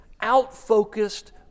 Out-focused